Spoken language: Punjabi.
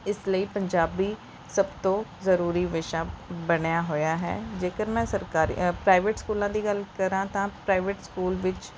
ਇਸ ਲਈ ਪੰਜਾਬੀ ਸਭ ਤੋਂ ਜ਼ਰੂਰੀ ਵਿਸ਼ਾ ਬਣਿਆ ਹੋਇਆ ਹੈ ਜੇਕਰ ਮੈਂ ਸਰਕਾਰੀ ਪ੍ਰਾਈਵੇਟ ਸਕੂਲਾਂ ਦੀ ਗੱਲ ਕਰਾਂ ਤਾਂ ਪ੍ਰਾਈਵੇਟ ਸਕੂਲ ਵਿੱਚ